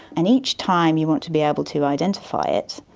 and each time you want to be able to identify it,